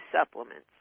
supplements